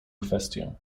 kwestię